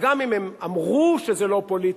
וגם אם הם אמרו שזה לא פוליטי,